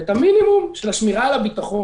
ואין את המינימום של השמירה על הביטחון.